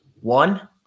One